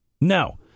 No